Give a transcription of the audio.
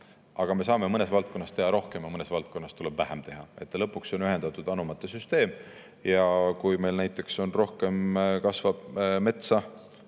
või me saame mõnes valdkonnas teha rohkem, mõnes valdkonnas tuleb siis vähem teha. Lõpuks on see ühendatud anumate süsteem ja kui meil näiteks kasvab Eestis